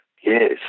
Yes